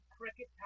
cricket